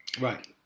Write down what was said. Right